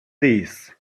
days